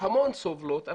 שהמון סובלות,